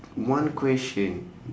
one question